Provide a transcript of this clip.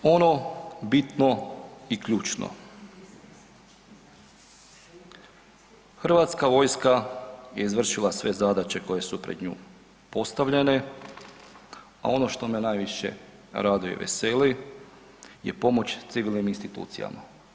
Ono bitno i ključno, Hrvatska vojska je izvršila sve zadaće koje su pred nju postavljene, a ono što me najviše raduje i veseli je pomoć civilnim institucijama.